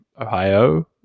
ohio